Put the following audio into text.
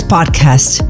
Podcast